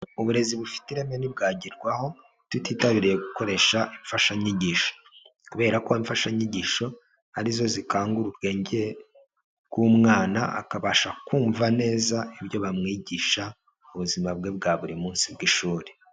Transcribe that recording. Uburezi bufite ireme ntibwagerwaho, tutitabiriye gukoresha imfashanyigisho. Kubera ko imfashanyigisho ari zo zikangura ubwenge bw'umwana, akabasha kumva neza ibyo bamwigisha, mu buzima bwe bwa buri munsi bw'ishuri.